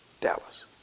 dallas